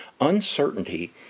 Uncertainty